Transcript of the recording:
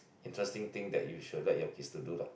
interesting thing that you should let your kids to do lah